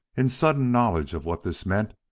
in sudden knowledge of what this meant,